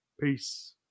peace